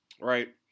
Right